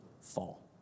fall